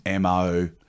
mo